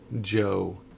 Joe